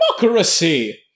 democracy